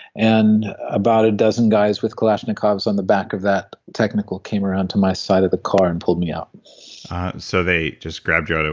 and about a dozen guys with kalashnikov's on the back of that technical came around to my side of the car and pulled me out so they just grabbed you,